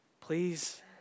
Please